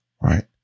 Right